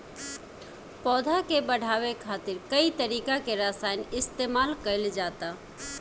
पौधा के बढ़ावे खातिर कई तरीका के रसायन इस्तमाल कइल जाता